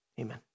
Amen